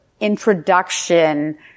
introduction